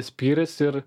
spyris ir